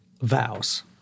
vows